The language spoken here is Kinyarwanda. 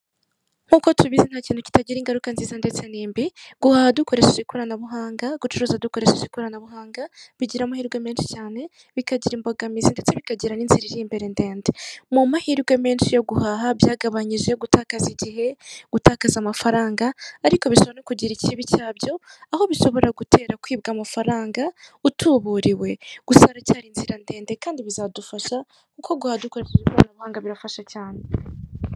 Nkuko tubizi nta ikintu kitagira ingaruka nziza ndetse n'imbi, guhaha dukoresheje ikoranabuhanga, gucuruza dukoresheje ikoranabuhanga bigira amahirwe menshi cyane bikagira imbogamizi ndetse bikagira ni nzira iri mbere ndende. Mu mahirwe menshi yo guhaha byagabanyije gutakaza igihe, gutakaza amafaranga ariko bishobora no kugira ikibi cyabyo aho bishobora gutera kwibwa amafaranga utuburiwe. Gusa haracyari inzira ndende kandi bizadufasha ko guhaha dukoresheje ikoranabuhanga birafasha cyane.